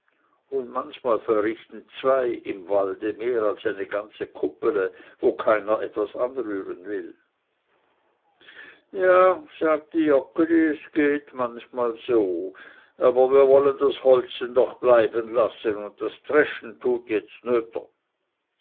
und manchmal verrichten zwei im walde mehr als eine ganze kuppele wo keiner etwas anrühren will ja sagte joggeli es geht manchmal so aber wir wollen das holzen doch bleiben lassen das dreschen tut jetzt nöter